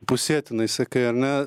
pusėtinai sakai ar ne